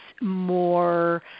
more